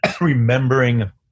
remembering